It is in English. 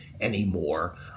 anymore